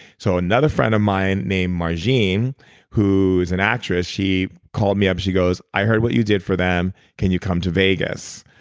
so another friend of mine name margin, who is an actress. she called me up and she goes, i heard what you did for them. can you come to vegas?